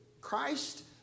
Christ